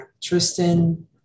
tristan